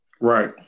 Right